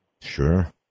Sure